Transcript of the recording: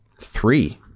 three